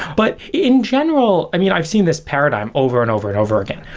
but in general, i mean, i've seen this paradigm over and over and over again.